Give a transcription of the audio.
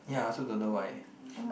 ya I also don't know why